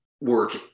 work